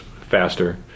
faster